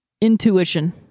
intuition